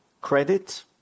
credit